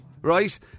right